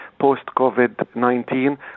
post-COVID-19